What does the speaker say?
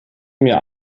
mir